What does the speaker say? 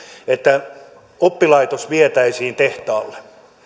että oppilaitos vietäisiin tehtaalle